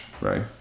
right